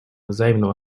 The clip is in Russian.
взаимного